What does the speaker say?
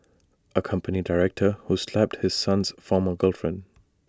A company director who slapped his son's former girlfriend